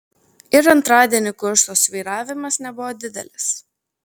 ir antradienį kurso svyravimas nebuvo didelis